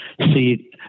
see